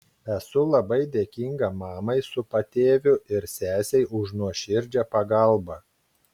esu labai dėkinga mamai su patėviu ir sesei už nuoširdžią pagalbą